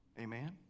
Amen